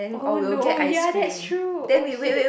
oh no ya that's true !oh shit!